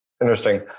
Interesting